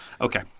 Okay